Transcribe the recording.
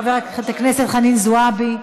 חברת הכנסת חנין זועבי,